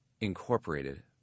Incorporated